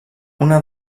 una